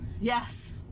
Yes